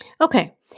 okay